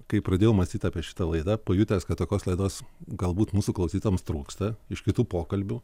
kai pradėjau mąstyt apie šitą laidą pajutęs kad tokios laidos galbūt mūsų klausytojams trūksta iš kitų pokalbių